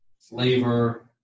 flavor